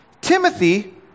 Timothy